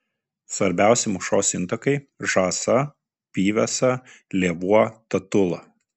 svarbiausi mūšos intakai žąsa pyvesa lėvuo tatula